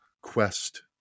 Quest